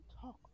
talk